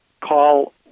Call